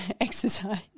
exercise